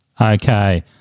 Okay